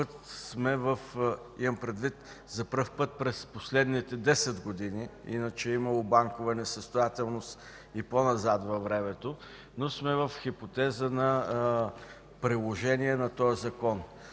че за пръв път през последните десет години, иначе е имало банкова несъстоятелност и по-назад във времето, сме в хипотеза на приложение на този Закон.